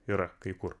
yra kai kur